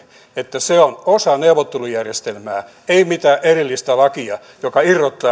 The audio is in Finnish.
että se on osa neuvottelujärjestelmää ei mitään erillistä lakia joka irrottaa